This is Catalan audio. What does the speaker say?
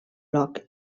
locke